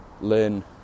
learn